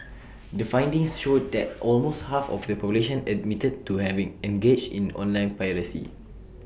the findings showed that almost half of the population admitted to having engaged in online piracy